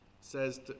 says